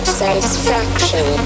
satisfaction